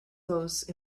those